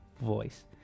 voice